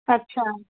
अच्छा